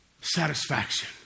satisfaction